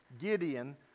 Gideon